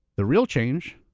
the real change,